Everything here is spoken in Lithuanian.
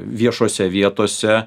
viešose vietose